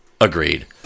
Agreed